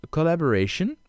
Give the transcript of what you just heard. Collaboration